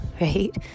right